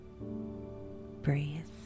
Breathe